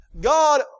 God